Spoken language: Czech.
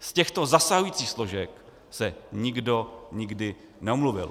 Z těchto zasahujících složek se nikdo nikdy neomluvil.